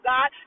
God